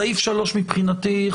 פסקה (3) מבחינתי,